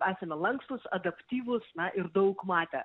esame lankstūs adaptyvūs na ir daug matę